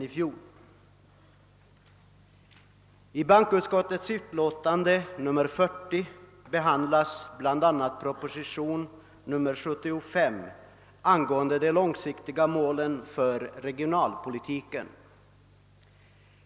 I bankoutskottets utlåtande nr 40 behandlas bl.a. proposition nr 75 angående de långsiktiga målen för regionalpolitiken.